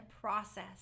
process